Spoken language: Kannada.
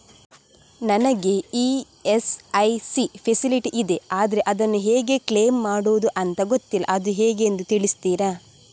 ನನಗೆ ಇ.ಎಸ್.ಐ.ಸಿ ಫೆಸಿಲಿಟಿ ಇದೆ ಆದ್ರೆ ಅದನ್ನು ಹೇಗೆ ಕ್ಲೇಮ್ ಮಾಡೋದು ಅಂತ ಗೊತ್ತಿಲ್ಲ ಅದು ಹೇಗೆಂದು ತಿಳಿಸ್ತೀರಾ?